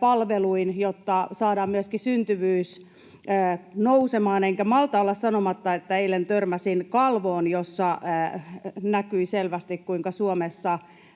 palveluin, jotta saadaan myöskin syntyvyys nousemaan. Enkä malta olla sanomatta, että eilen törmäsin kalvoon, jossa näkyi selvästi, kuinka Suomessa